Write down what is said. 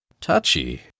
Touchy